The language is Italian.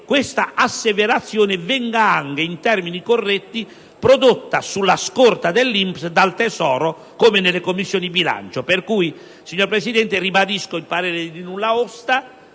questa asseverazione venga prodotta in termini corretti sulla scorta dell'INPS dal Tesoro, come nelle Commissioni bilancio. In conclusione, signor Presidente, ribadisco il parere di nulla osta